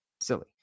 Silly